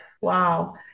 Wow